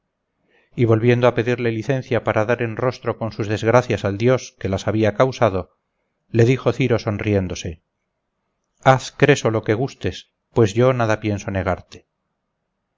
y volviendo a pedirle licencia para dar en rostro con sus desgracias al dios que las había causado le dijo ciro sonriéndose haz creso lo que gustes pues yo nada pienso negarte